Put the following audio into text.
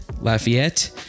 Lafayette